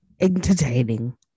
entertaining